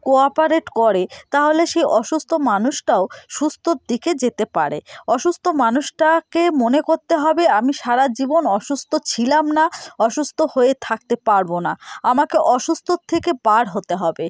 cooperate করে তাহলে সেই অসুস্থ মানুষটাও সুস্থর দিকে যেতে পারে অসুস্থ মানুষটাকে মনে করতে হবে আমি সারা জীবন অসুস্থ ছিলাম না অসুস্থ হয়ে থাকতে পারবো না আমাকে অসুস্থতা থেকে বার হতে হবে